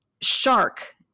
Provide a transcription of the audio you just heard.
shark